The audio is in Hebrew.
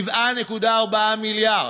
7.4 מיליארד.